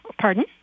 Pardon